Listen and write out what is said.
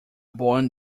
born